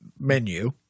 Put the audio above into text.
menu